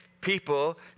people